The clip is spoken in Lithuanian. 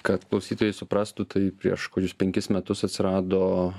kad klausytojai suprastų tai prieš kokius penkis metus atsirado